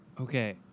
Okay